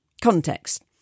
context